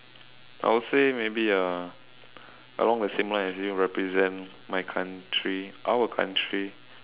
I would say maybe uh along the same line as being represent my country our country